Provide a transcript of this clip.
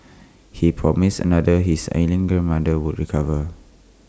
he promised another his ailing grandmother would recover